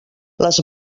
les